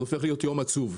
זה הופך להיות יום עצוב,